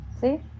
See